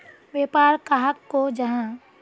व्यापार कहाक को जाहा?